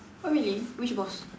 oh really which boss